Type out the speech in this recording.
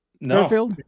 No